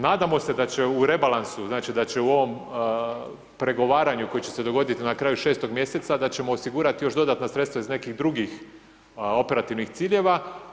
Nadamo se da će u rebalansu, znači da će u ovom pregovaranju koji će se dogoditi na kraju 6 mjeseca, da ćemo osigurati još dodatna sredstva iz nekih drugih operativnih ciljeva.